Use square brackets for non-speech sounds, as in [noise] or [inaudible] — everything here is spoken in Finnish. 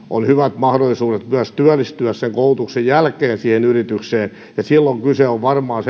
on hyvät mahdollisuudet myös työllistyä sen koulutuksen jälkeen siihen yritykseen silloin kyse on varmaan [unintelligible]